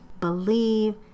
believe